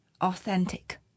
authentic